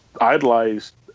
idolized